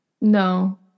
No